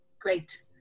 great